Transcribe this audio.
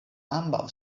ambaŭ